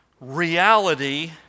reality